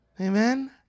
Amen